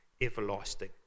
everlasting